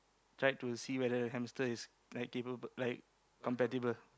tried to see whether hamster is like capable compatible